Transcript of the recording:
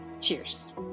Cheers